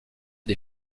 des